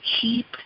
keep